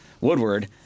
Woodward